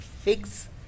figs